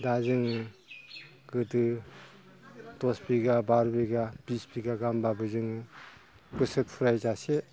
दा जोङो गोदो दस बिगा बार' बिगा बिस बिगा गाहामबाबो जोङो बोसोर फुराय जासे